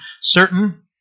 certain